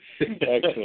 Excellent